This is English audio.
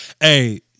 Hey